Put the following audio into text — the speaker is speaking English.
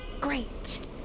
Great